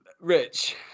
rich